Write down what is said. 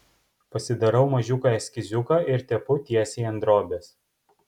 pasidarau mažiuką eskiziuką ir tepu tiesiai ant drobės